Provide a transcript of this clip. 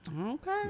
Okay